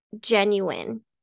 genuine